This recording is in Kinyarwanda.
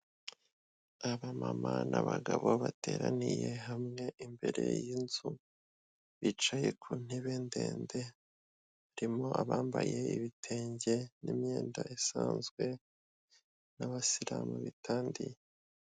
Abamama n'abagabo bateraniye hamwe imbere y'inzu bicaye ku ntebe ndende, harimo abambaye ibitenge n'imyenda isanzwe, n'abasiramu bitandiye.